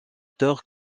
tort